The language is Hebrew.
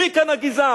מי כאן הגזען?